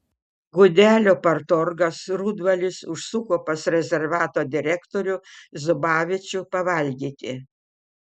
gudelių partorgas rudvalis užsuko pas rezervato direktorių zubavičių pavalgyti